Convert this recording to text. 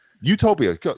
Utopia